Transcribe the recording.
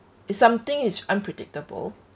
it's something is unpredictable